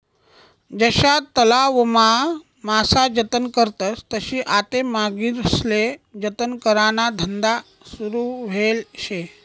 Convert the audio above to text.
जशा तलावमा मासा जतन करतस तशी आते मगरीस्ले जतन कराना धंदा सुरू व्हयेल शे